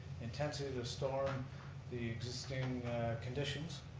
intensity of the storm, the existing conditions,